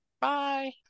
Bye